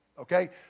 Okay